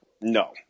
No